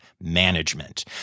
management